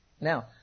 Now